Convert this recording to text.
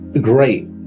great